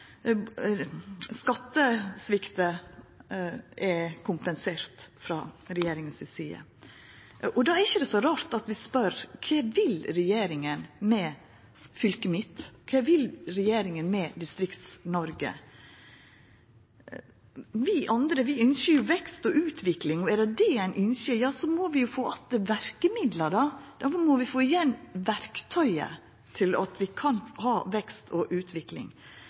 er kompensert frå regjeringa si side. Då er det ikkje så rart at vi spør kva regjeringa vil med fylket mitt, og kva regjeringa vil med Distrikts-Noreg. Vi andre ønskjer jo vekst og utvikling. Er det det ein ønskjer, må vi jo få att verkemidla, vi må få igjen verktøyet til at vi kan ha vekst og utvikling.